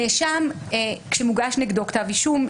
נאשם שמוגש נגדו כתב אישום,